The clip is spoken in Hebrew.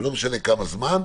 ולא משנה כמה זמן,